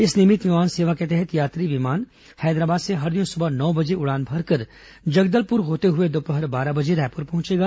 इस नियमित सेवा के तहत यात्री विमान हैदराबाद से हर दिन सुबह नौ बजे उड़ान भरकर जगदलपुर होते हुए दोपहर बारह बजे रायपुर पहुंचेगा